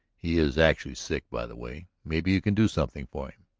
he is actually sick by the way maybe you can do something for him.